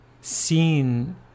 seen